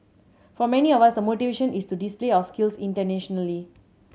for many of us the motivation is to display our skills internationally